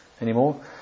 anymore